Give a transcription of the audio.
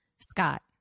Scott